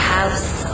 House